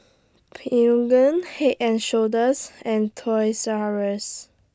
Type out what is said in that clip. Peugeot Head and Shoulders and Toys R US